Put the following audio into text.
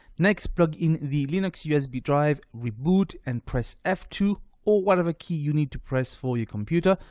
next plug in the linux usb drive, reboot, and press f two or whatever key you need to press for your computer,